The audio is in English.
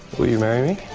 will you marry me.